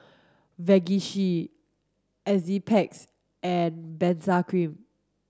Vagisil Enzyplex and Benzac cream